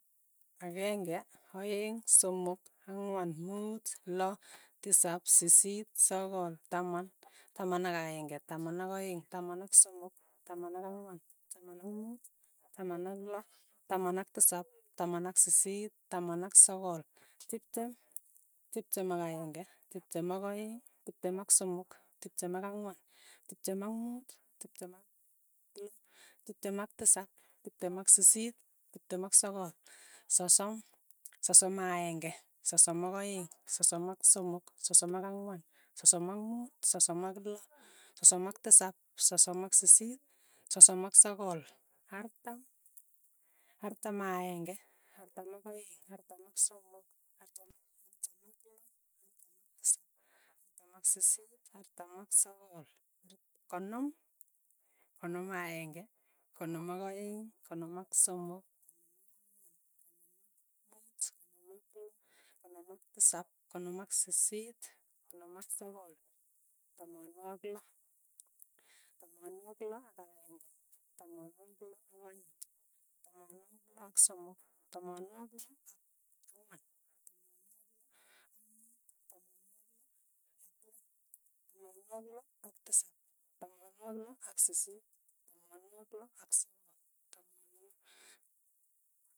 Akeng'e, aeng', somok, ang'wan, muut, loo, tisap, sisiit, sogol, taman, taman akenge, taman ak' aeng, taman ak somok, taman ak ang'wan, taman ak muut, taman ak loo, taman ak tisap, taman ak sisiit, taman ak sogol, tiptem, tiptem ak aeng'e, tiptem ak aeng', tiptem ak somok, tiptem ak ang'wan, tiptem ak muut, tiptem ak loo, tiptem ak tisap, tiptem ak sisiit, tiptem ak sogol, sosom, sosom akenge, sosom ak aeng', sosom ak somok. sosom ak ang'wan, sosom ak muut, sosom ak loo, sosom ak tisap, sosom ak sisiit, sosom ak sogol, artam, artam akeng'e, artam ak aeng', artam ak somok, artam, artam ak loo, artam ak tisap, artam ak sisiit, artam ak sogol. art konom, konom akeng'e, konom ak aeng', konom ak somok, konom ak ang'wan. konom ak muut, konom ak loo, konom ak tisap, konom ak sisiit, konom ak sogol, tamanwogik loo, tamanwogik loo ak akeng'e, tamanwogik loo ak aeng', tamanwogik loo ak somok, tamanwogik loo ak ang'wan, tamanwogik loo ak muut, tamanwogik lo ak lo, tamanwogik loo ak tisap, tamanwogik loo ak sisiit, tamanwogik loo ak sogol, taman.